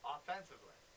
Offensively